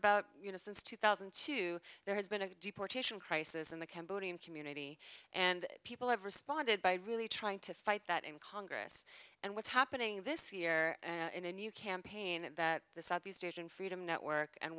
about you know since two thousand and two there has been a deportation crisis in the cambodian community and people have responded by really trying to fight that in congress and what's happening this year in a new campaign that the southeast asian freedom network and